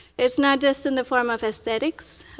it's not just in the form of aesthetics.